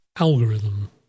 algorithm